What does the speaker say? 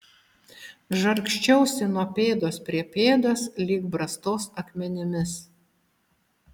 žargsčiausi nuo pėdos prie pėdos lyg brastos akmenimis